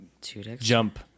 jump